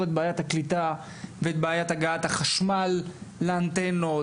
את בעיית הקליטה ואת בעיית הגעת החשמל לאנטנות,